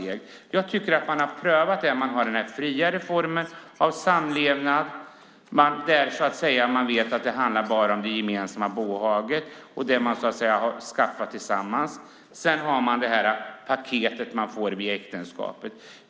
I den friare formen av samlevnad vet vi att det bara handlar om det gemensamma bohaget och det man har skaffat tillsammans. Sedan har vi det här paketet vi får via äktenskapet.